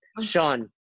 Sean